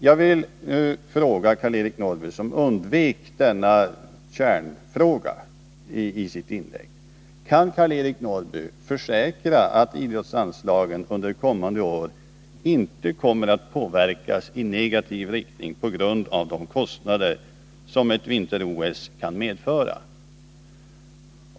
Jag vill fråga Karl-Eric Norrby, som i sitt inlägg undvek denna kärnfråga: Kan Karl-Eric Norrby försäkra att idrottsanslagen under kommande år inte kommer att påverkas i negativ riktning på grund av de kostnader som ett vinter-OS kan medföra?